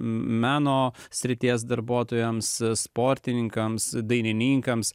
meno srities darbuotojams sportininkams dainininkams